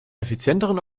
effizienteren